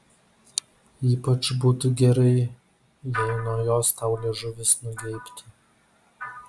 ypač būtų gerai jei nuo jos tau liežuvis nugeibtų